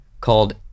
called